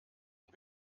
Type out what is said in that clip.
und